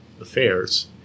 affairs